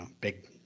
big